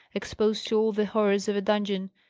exposed to all the horrors of a dungeon,